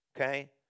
okay